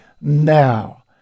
Now